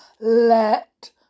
let